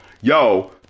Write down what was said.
Yo